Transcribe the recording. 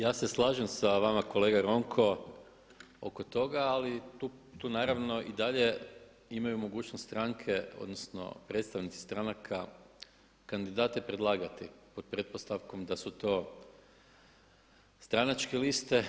Ja se slažem sa vama kolega Ronko oko toga ali tu naravno i dalje imaju mogućost stranke, odnosno predstavnici stranaka kandidate predlagati pod pretpostavkom da su to stranačke liste.